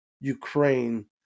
Ukraine